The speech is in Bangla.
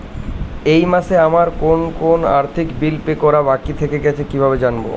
এই মাসে আমার কোন কোন আর্থিক বিল পে করা বাকী থেকে গেছে কীভাবে জানব?